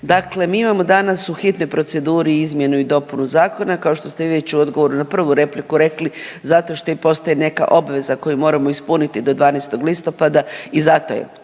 Dakle mi imamo danas u hitnoj proceduri izmjenu i dopunu zakona, kao što ste vi već u odgovoru na prvu repliku rekli zato što i postoji neka obveza koju moramo ispuniti do 12. listopada i zato je